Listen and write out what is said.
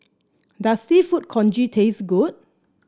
does seafood congee taste good